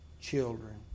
children